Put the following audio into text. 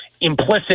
implicit